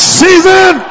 season